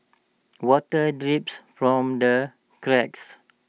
water drips from the cracks